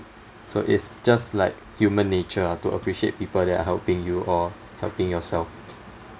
so it's just like human nature ah to appreciate people that are helping you or helping yourself